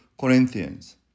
Corinthians